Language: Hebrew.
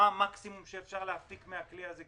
המקסימום שאפשר להפיק מן הכלי הזה,